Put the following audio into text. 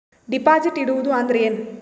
Deposit ಇಡುವುದು ಅಂದ್ರ ಏನ?